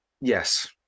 Yes